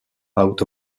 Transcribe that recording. out